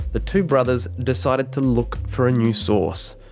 the two brothers decided to look for a new source.